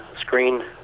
screen